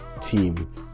team